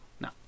No